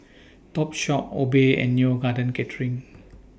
Topshop Obey and Neo Garden Catering